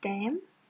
them